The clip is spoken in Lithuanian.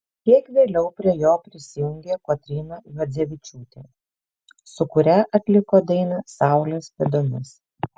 kiek vėliau prie jo prisijungė kotryna juodzevičiūtė su kuria atliko dainą saulės pėdomis